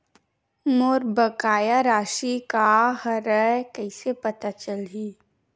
मोर बकाया राशि का हरय कइसे पता चलहि?